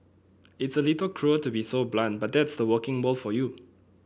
it's a little cruel to be so blunt but that's the working world for you